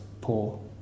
poor